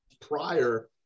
prior